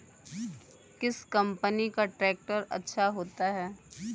किस कंपनी का ट्रैक्टर अच्छा होता है?